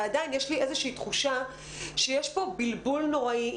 ועדיין יש לי איזושהי תחושה שיש פה בלבול נוראי.